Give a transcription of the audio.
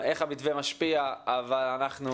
איך המתווה משפיע, היה לנו חשוב לקיים את הדיון.